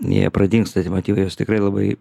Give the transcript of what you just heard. jie pradingsta tie motyvai juos tikrai labai